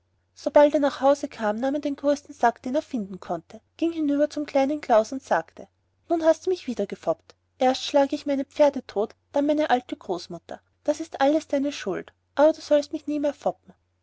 sobald er nach hause kam nahm er den größten sack den er finden konnte ging hinüber zum kleinen klaus und sagte nun hast du mich wieder gefoppt erst schlug ich meine pferde tot dann meine alte großmutter das ist alles deine schuld aber du sollst mich nie mehr